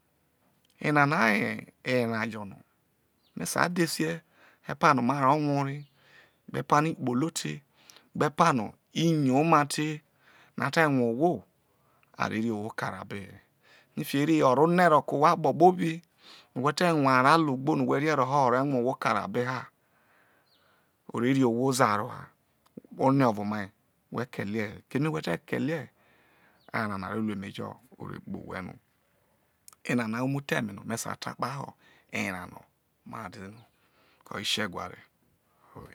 Enana ye erao jo no me sai dhese epano ma ro rue erie, gbe epoino i kpolo te gbe epano i yoma tei no ate rue ohwo a ro rri ohwo kare abe fikiere o rro ohre roke ohwo akpo kpobi no whe te rue arao logbo no whe rie roho o re rue ohwo karo abe ha o re rri ohwo zaro ha ohiovo mal whe kelie he keme whe te kelie arao na o re ru emejo o re re owhe no-enana ho umutho eme no me sai ta kpahe erao no who de-oye shegware.